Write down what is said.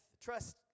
trust